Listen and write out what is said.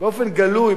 באופן גלוי,